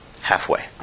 halfway